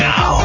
Now